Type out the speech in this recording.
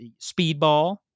Speedball